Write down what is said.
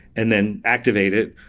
and then activate it.